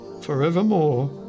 Forevermore